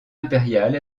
impérial